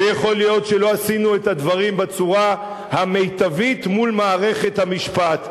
ויכול להיות שלא עשינו את הדברים בצורה המיטבית מול מערכת המשפט,